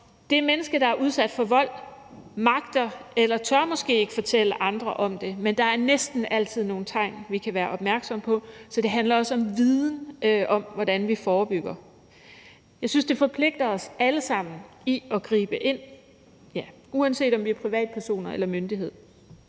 det menneske, der er udsat for vold, magter eller tør måske ikke fortælle andre om det, men der er næsten altid nogle tegn, som vi kan være opmærksomme på. Så det handler også om viden om, hvordan vi forebygger. Jeg synes, det forpligter os alle sammen til at gribe ind, altså uanset om vi er privatpersoner eller myndighedspersoner.